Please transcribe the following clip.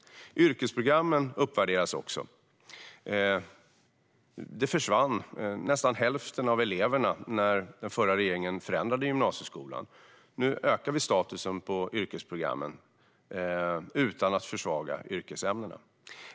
Yrkesprogrammen uppvärderas också. Nästan hälften av eleverna försvann när den förra regeringen förändrade gymnasieskolan. Nu ökar vi statusen på yrkesprogrammen utan att försvaga yrkesämnena.